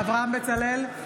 בצלאל,